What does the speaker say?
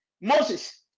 Moses